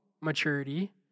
maturity